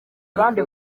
kandi